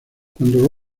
cuando